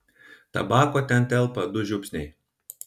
tabako ten telpa du žiupsniai